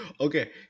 Okay